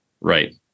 Right